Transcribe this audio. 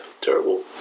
Terrible